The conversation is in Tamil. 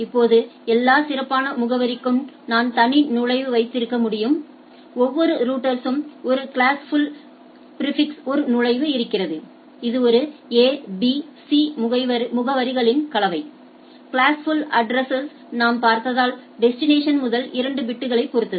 இப்போது எல்லா சிறப்பான முகவரிக்கும் நான் தனி நுழைவு வைத்திருக்க முடியும் ஒவ்வொரு ரௌட்டர்ஸ்க்கும் ஒரு கிளாஸ் புல் பிாிஃபிக்ஸ்களுக்கும் ஒரு நுழைவு இருந்தது இது ஒரு A B C முகவரிகளின் கலவை கிளாஸ் புல் அட்ட்ரஸ்களில் நாம் பார்த்தாள் டெஸ்டினேஷன் முதல் இரண்டு பிட்களைப் பொறுத்தது